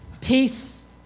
peace